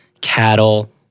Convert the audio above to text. cattle